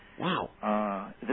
Wow